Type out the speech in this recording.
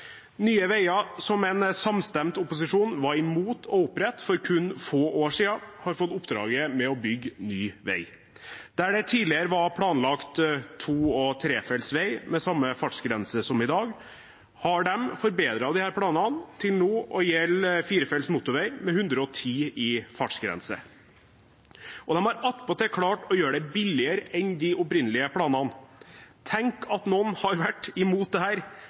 Nye veier, som en samstemt opposisjon var imot å opprette for kun få år siden, har fått oppdraget med å bygge ny vei. Der det tidligere var planlagt to- og trefelts vei med samme fartsgrense som i dag, har de forbedret disse planene til nå å gjelde firefelts motorvei med 110 km/t i fartsgrense. Og de har attpåtil klart å gjøre det billigere enn de opprinnelige planene. Tenk at noen har vært imot